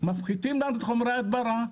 מפחיתים להם את חומרי ההדברה,